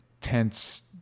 tense